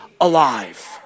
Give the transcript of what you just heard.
alive